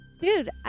Dude